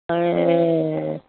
ए